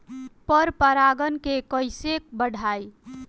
पर परा गण के कईसे बढ़ाई?